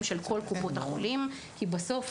של כל קופות החולים כי בתי החולים